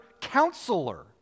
counselor